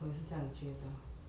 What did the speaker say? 我也是这样觉得